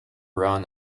run